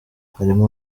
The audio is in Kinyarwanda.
harimo